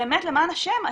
באמת למען השם,